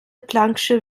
plancksche